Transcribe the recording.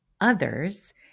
others